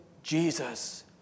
Jesus